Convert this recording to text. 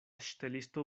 ŝtelisto